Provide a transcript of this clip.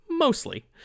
mostly